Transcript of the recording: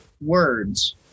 words